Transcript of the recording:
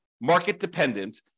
market-dependent